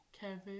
Kevin